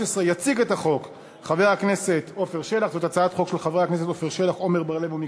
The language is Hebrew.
אני קובע שהצעת החוק של חברות הכנסת מיכל רוזין,